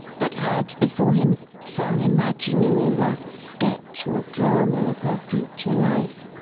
but had before him some imaginary rough sketch or drama of her future life.